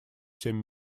семь